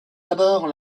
d’abord